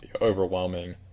overwhelming